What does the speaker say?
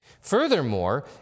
Furthermore